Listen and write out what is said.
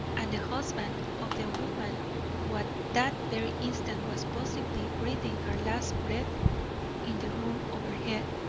and the husband of the woman who at that very instant was possibly breathing her last breath in the room overhead,